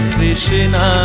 Krishna